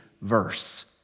verse